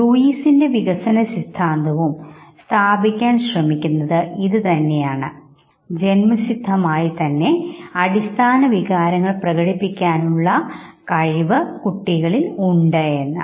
ലൂയിസിന്റെ വികസന സിദ്ധാന്തവും സ്ഥാപിക്കാൻ ശ്രമിക്കുന്നത്ജന്മസിദ്ധമായി തന്നെ അടിസ്ഥാനവികാരങ്ങൾ പ്രകടിപ്പിക്കാനുള്ള ശിശുക്കളിൽ കഴിവ് ഉണ്ടെന്നാണ്